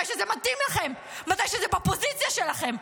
כשזה מתאים לכם, כשזה בפוזיציה שלכם.